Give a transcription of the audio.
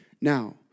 Now